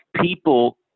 people